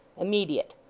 immediate.